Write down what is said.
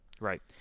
Right